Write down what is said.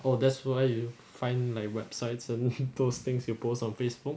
oh that's why you find like websites and those things you post on facebook